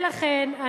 אבל גם ב"פנגו" זה,